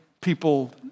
people